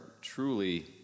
truly